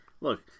Look